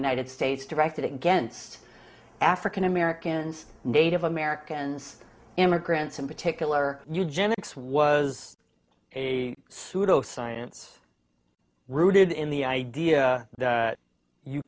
united states directed against african americans native americans immigrants in particular eugenics was a pseudoscience rooted in the idea that you